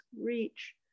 reach